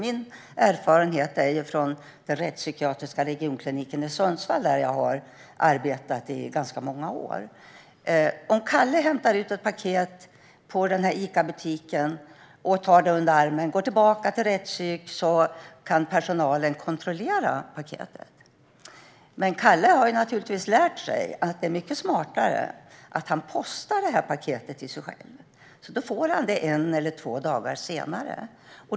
Min erfarenhet kommer från den rättspsykiatriska regionkliniken i Sundsvall, där jag har arbetat i ganska många år. Om Kalle hämtar ut ett paket på Icabutiken, tar det under armen och går tillbaka till rättspsyk kan personalen kontrollera paketet. Men Kalle har naturligtvis lärt sig att det är mycket smartare att posta paketet till sig själv så att han får det en eller två dagar senare.